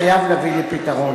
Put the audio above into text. חייב להביא לפתרון.